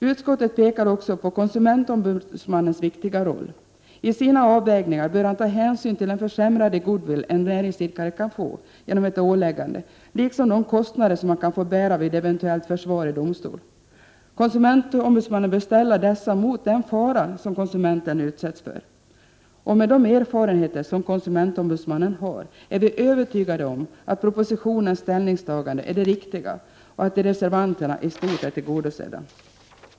Utskottet pekar också på konsumentombudsmannens viktiga roll. I sina avvägningar bör han ta hänsyn till den försämrade goodwill en näringsidkare kan få genom ett påläggande liksom de kostnader som han kan få bära vid eventuellt försvar i domstol. KO bör ställa dessa mot den fara som konsumenten utsätts för. Med de erfarenheter som KO har är vi övertygade om att propositionens ställningstagande är det riktiga och att reservanternas krav i stort är tillgodosedda.